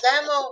demo